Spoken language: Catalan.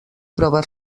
prova